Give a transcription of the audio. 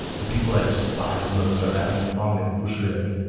the people i despise most are that mi fang and fu shiren.